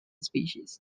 species